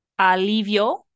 Alivio